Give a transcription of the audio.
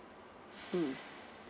mm